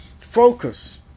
focus